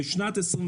בשנת 2021,